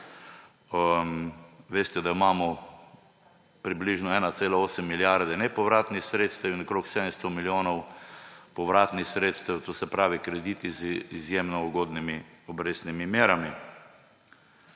Veste, da imamo približno 1,8 milijarde nepovratnih sredstev in okoli 700 milijonov povratnih sredstev, to se pravi krediti z izjemno ugodnimi obrestnimi merami.